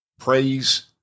Praise